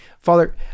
Father